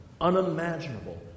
unimaginable